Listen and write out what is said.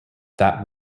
that